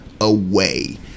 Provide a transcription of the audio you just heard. away